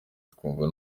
twumva